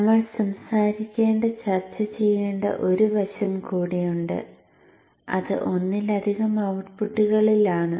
നമ്മൾ സംസാരിക്കേണ്ട ചർച്ച ചെയ്യേണ്ട ഒരു വശം കൂടിയുണ്ട് അത് ഒന്നിലധികം ഔട്ട്പുട്ടുകളിൽ ആണ്